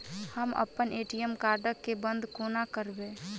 हम अप्पन ATM card केँ बंद कोना करेबै?